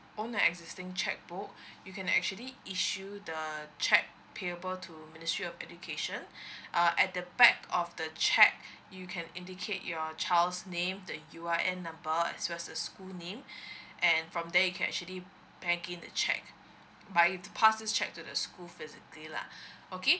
own an existing cheque book you can actually issue the cheque payable to ministry of education uh at the back of the cheque you can indicate your child's name the U_I_N number as well as the school name and from there you can actually packing the cheque but you've to passes the cheque to the school physically lah okay